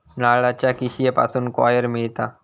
नारळाच्या किशीयेपासून कॉयर मिळता